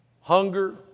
hunger